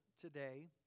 today